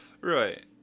Right